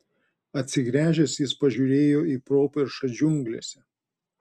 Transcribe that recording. atsigręžęs jis pažiūrėjo į properšą džiunglėse